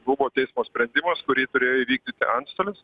buvo teismo sprendimas kurį turėjo įvykdyti antstolis